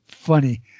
Funny